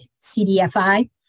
CDFI